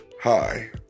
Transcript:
Hi